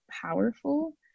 powerful